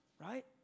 right